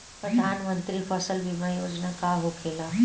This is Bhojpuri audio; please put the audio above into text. प्रधानमंत्री फसल बीमा योजना का होखेला?